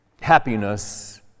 happiness